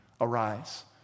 arise